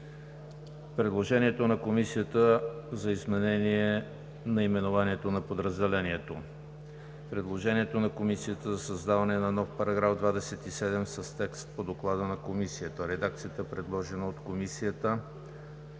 предложението на Комисията за изменение наименованието на подразделението; предложението на Комисията за създаване на нов § 27 с текст по Доклада на Комисията; редакцията, предложена от Комисията